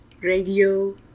Radio